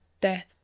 Death